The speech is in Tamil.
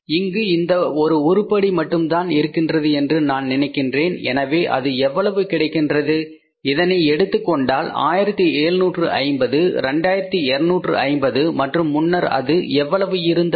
இங்கு இந்த ஒரு உருப்படி மட்டும்தான் இருக்கின்றது என்று நான் நினைக்கின்றேன் எனவே அது எவ்வளவு கிடைக்கின்றது இதனை எடுத்துக்கொண்டால் 1750 2250 மற்றும் முன்னர் அது எவ்வளவு இருந்தது